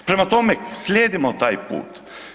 Prema tome, slijedimo taj put.